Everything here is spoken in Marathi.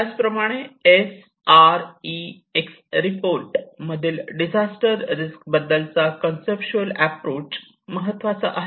त्याचप्रमाणे S R E X report मधील डिझास्टर रिस्क बद्दलचा कन्सप्च्युअल अॅप्रोच महत्त्वाचा आहे